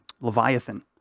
Leviathan